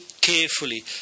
carefully